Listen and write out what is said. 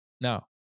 Now